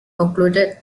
concluded